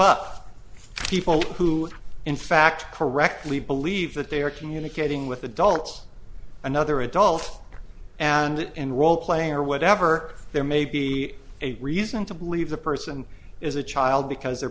up people who in fact correctly believe that they are communicating with adults another adult and it and role play or whatever there may be a reason to believe the person is a child because they're